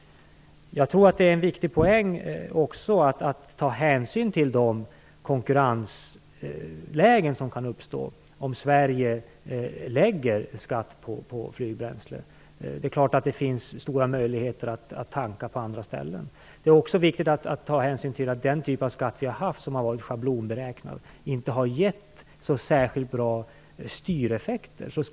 Jag tror att det ligger en viktig poäng i att ta hänsyn till de konkurrenslägen som kan uppstå, om Sverige lägger skatt på flygbränsle. Men det är klart att det finns stora möjligheter att tanka på andra ställen. Vidare är det viktigt att ta hänsyn till att den typ av skatt som vi haft och som varit schablonberäknad inte har gett särskilt bra styreffekter.